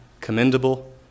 commendable